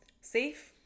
safe